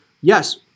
Yes